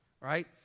Right